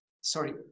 Sorry